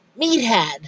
meathead